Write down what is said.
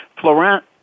Florent